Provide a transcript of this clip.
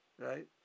Right